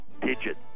digit